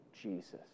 Jesus